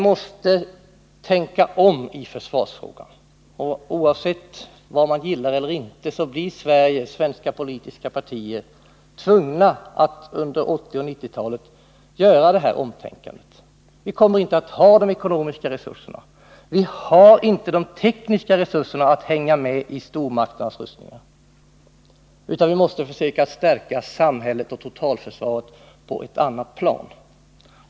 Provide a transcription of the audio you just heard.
Oavsett om de gillar det eller inte måste de svenska politiska partierna under 1980 och 1990-talen tänka om i försvarsfrågan. Vi kommer inte att ha de ekonomiska resurserna och inte heller de tekniska resurserna för att hänga med i stormakternas rustningar. Vi måste försöka stärka samhället och totalförsvaret på ett annat plan.